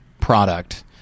product